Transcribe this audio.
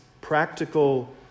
practical